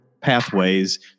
pathways